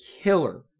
killer